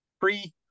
pre